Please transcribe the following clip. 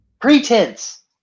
Pretense